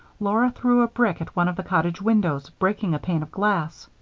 laura threw a brick at one of the cottage windows, breaking a pane of glass.